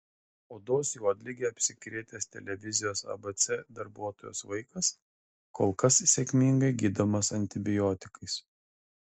odos juodlige apsikrėtęs televizijos abc darbuotojos vaikas kol kas sėkmingai gydomas antibiotikais